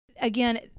Again